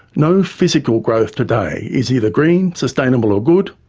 no physical growth today is either green, sustainable or good.